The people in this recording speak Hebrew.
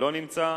לא נמצא.